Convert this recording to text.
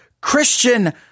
Christian